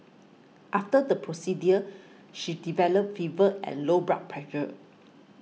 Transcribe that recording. after the procedure she developed fever and low blood pressure